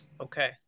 Okay